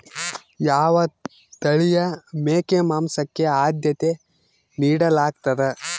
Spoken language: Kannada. ಯಾವ ತಳಿಯ ಮೇಕೆ ಮಾಂಸಕ್ಕೆ, ಆದ್ಯತೆ ನೇಡಲಾಗ್ತದ?